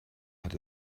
hat